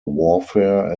warfare